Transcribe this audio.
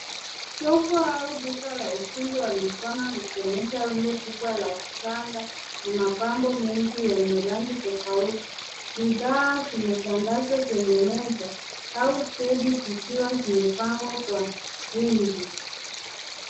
Soko au duka la ufundi wa mikono ,likionyesha rundo kubwa la shanga na mapambo mengi yenye rangi tofauti. Bidhaa zimetandazwa kwenye meza au stendi ,zikiwa zimepangwa kwa wingi.